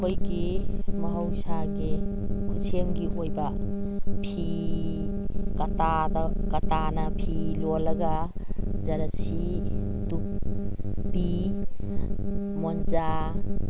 ꯑꯩꯈꯣꯏꯒꯤ ꯃꯍꯧꯁꯥꯒꯤ ꯈꯨꯠꯁꯦꯝꯒꯤ ꯑꯣꯏꯕ ꯐꯤ ꯀꯇꯥꯗ ꯀꯇꯥꯅ ꯐꯤ ꯂꯣꯜꯂꯒ ꯖꯔꯁꯤ ꯇꯨꯄꯤ ꯃꯣꯖꯥ